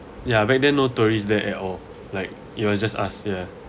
ya back then no tourists there at all like it was just us ya